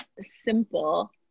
simple